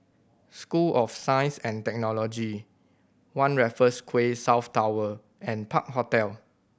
School of Science and Technology One Raffles Quay South Tower and Park Hotel